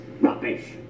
Rubbish